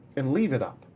and leave it up.